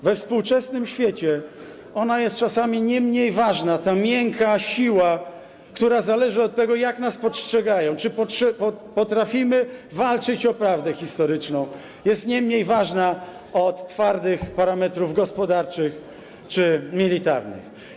We współczesnym świecie ona jest czasami nie mniej ważna - ta miękka siła, która zależy od tego, jak nas postrzegają, czy potrafimy walczyć o prawdę historyczną - od twardych parametrów gospodarczych czy militarnych.